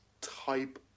type